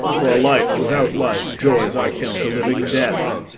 for a life without life's joys i count a living death.